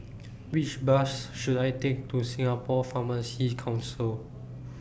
Which Bus should I Take to Singapore Pharmacy Council